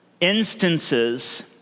instances